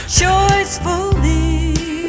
choicefully